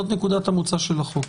זאת נקודת המוצא של החוק.